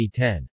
2010